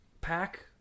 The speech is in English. pack